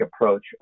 approach